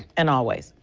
and always.